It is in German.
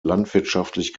landwirtschaftlich